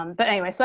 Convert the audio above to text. um but anyway, so